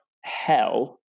hell